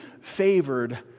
favored